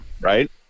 Right